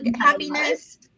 happiness